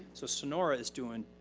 so sonora is doing